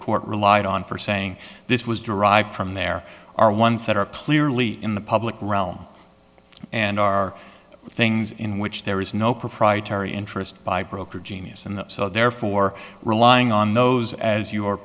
court relied on for saying this was derived from there are ones that are clearly in the public realm and are things in which there is no proprietary interest by broker genius and so therefore relying on those as your